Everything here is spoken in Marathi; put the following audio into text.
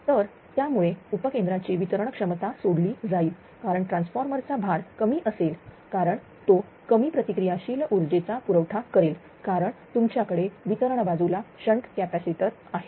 तर त्यामुळे उपकेंद्राची वितरण क्षमता सोडली जाईल कारण ट्रांसफार्मर चा भार कमी असेल कारण तो कमी प्रतिक्रिया शील ऊर्जेचा पुरवठा करेल कारण तुमच्याकडे वितरण बाजूला शंट कॅपॅसिटर आहे